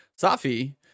Safi